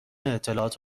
اطلاعات